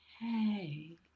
Hey